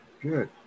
good